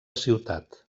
ciutat